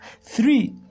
Three